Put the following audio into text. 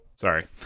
sorry